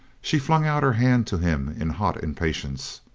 she flung out her hand to him in hot impatience.